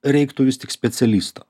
reiktų vis tik specialisto